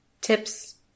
Tips